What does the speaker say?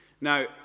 Now